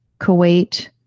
Kuwait